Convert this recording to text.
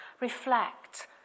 reflect